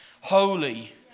holy